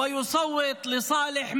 זאת, כדי שיצא להצביע